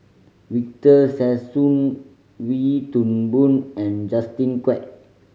Victor Sassoon Wee Toon Boon and Justin Quek